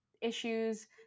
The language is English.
issues